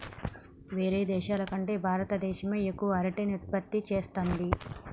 వేరే దేశాల కంటే భారత దేశమే ఎక్కువ అరటిని ఉత్పత్తి చేస్తంది